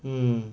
mm